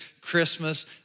Christmas